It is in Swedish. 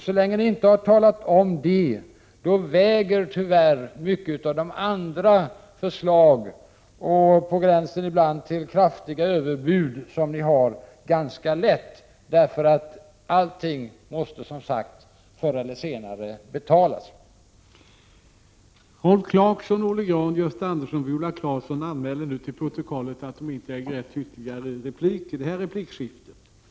Så länge ni inte har talat om hur ni skall klara finansieringen väger mycket av era förslag — ibland på gränsen till kraftiga överbud — ganska lätt. Allting måste som sagt förr eller senare betalas.